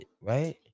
right